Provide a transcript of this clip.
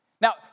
Now